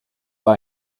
war